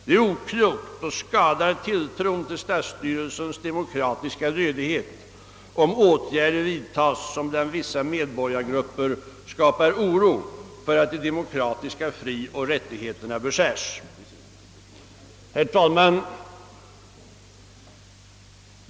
Det är oklokt och skadar tilltron till statsstyrelsens demokratiska lödighet om åtgärder vidtas som bland vissa medborgargrupper skapar oro för att de demokratiska frioch rättigheterna beskärs.» Herr talman!